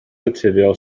naturiol